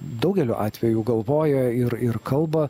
daugeliu atveju galvojo ir ir kalba